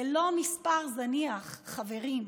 זה לא מספר זניח, חברים.